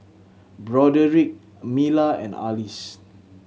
Broderick Mila and Arlis